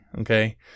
okay